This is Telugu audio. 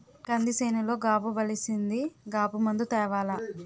కంది సేనులో గాబు బలిసీసింది గాబు మందు తేవాల